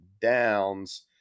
downs